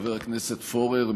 חבר הכנסת פורר,